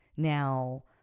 Now